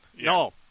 No